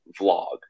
vlog